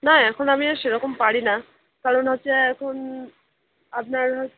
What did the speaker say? না এখন আমি আর সেরকম পারি না কারণ হচ্ছে এখন আপনার হো